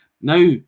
Now